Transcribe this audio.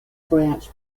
branch